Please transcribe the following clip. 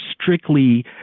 strictly